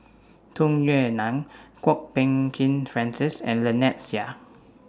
Tung Yue Nang Kwok Peng Kin Francis and Lynnette Seah